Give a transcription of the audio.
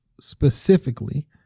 specifically